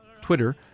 Twitter